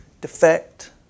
defect